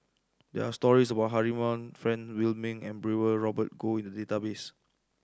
there are stories about Han Frank Wilmin and Brewer Robert Goh in the database